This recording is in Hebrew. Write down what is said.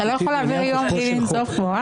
אתה לא יכול להעביר יום בלי לנזוף בו?